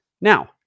Now